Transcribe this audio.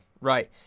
right